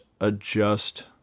adjust